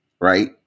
right